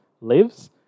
lives